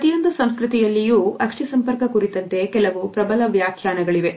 ಪ್ರತಿಯೊಂದು ಸಂಸ್ಕೃತಿಯಲ್ಲಿಯೂ ಅಕ್ಷಿ ಸಂಪರ್ಕ ಕುರಿತಂತೆ ಕೆಲವು ಪ್ರಬಲ ವ್ಯಾಖ್ಯಾನಗಳಿವೆ